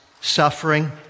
suffering